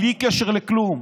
בלי קשר לכלום,